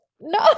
No